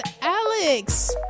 Alex